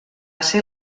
ser